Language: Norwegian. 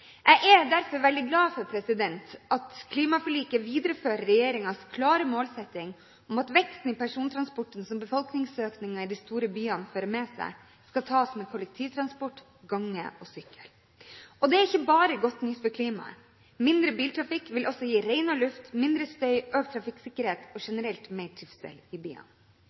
Jeg er derfor veldig glad for at klimaforliket viderefører regjeringens klare målsetting om at veksten i persontransporten, som befolkningsøkningen i de større byene fører med seg, skal skje ved kollektivtransport, gange og sykkel. Det er ikke bare det som er godt nytt for klimaet. Mindre biltrafikk vil også gi renere luft, mindre støy, økt trafikksikkerhet og generelt mer trivsel i byene.